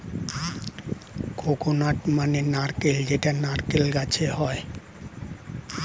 coconut মানে নারকেল যেটা নারকেল গাছে হয়